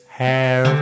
hair